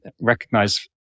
recognize